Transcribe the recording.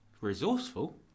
Resourceful